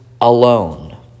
alone